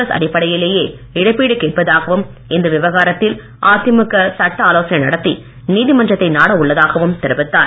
S அடிப்படையிலேயே இழப்பீடு கேட்பதாகவும் இந்த விவகாரத்தில் அதிமுக சட்ட ஆலோசனை நடத்தி நீதிமன்றத்தை நாட உள்ளதாகவும் தெரிவித்தார்